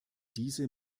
diese